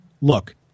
look